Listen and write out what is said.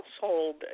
household